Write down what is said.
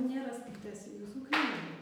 nėra skaitęs jūsų knygų